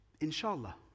Inshallah